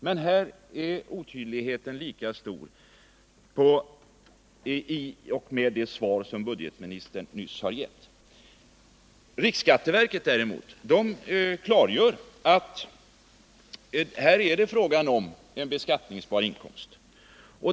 Men otydligheten är lika stor i och med det svar som budgetministern nu har givit. Riksskatteverket klargör nu att all bärförsäljning är fråga om en skattepliktig inkomst.